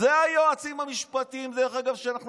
דרך אגב,